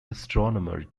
astronomer